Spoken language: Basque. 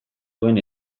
duen